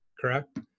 correct